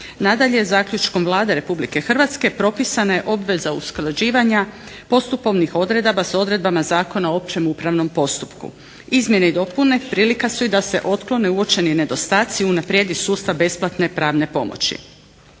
Nadalje, zaključkom Vlade RH propisana je obveza usklađivanja postupovnih odredaba sa odredbama Zakona o općem upravnom postupku. Izmjene i dopune prilika su i da se otklone uočeni nedostaci, unaprijedi sustav besplatne pravne pomoći.